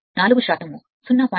కాబట్టి స్లిప్ 4 0